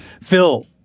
Phil